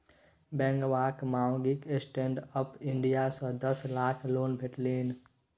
बेंगबाक माउगीक stand up India सँ दस लाखक लोन भेटलनि